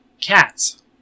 Cats